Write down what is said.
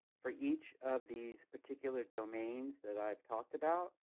for each of these particular domains that i have talked about?